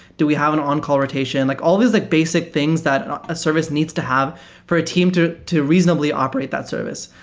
do we have an on-call rotation? like all these like basic things that a service needs to have for a team to to reasonably operate that service.